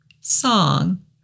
song